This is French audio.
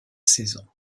saison